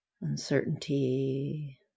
uncertainty